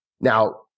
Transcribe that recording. Now